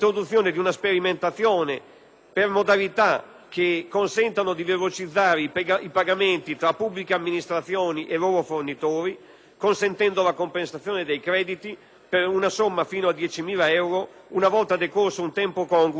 per modalità che consentano di velocizzare i pagamenti tra pubbliche amministrazioni e loro fornitori, consentendo la compensazione dei crediti per una somma fino a 10.000 euro una volta decorso un tempo congruo riconosciuto per il pagamento.